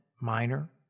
minor